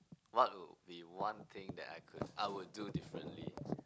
what would be one thing that I could I would do differently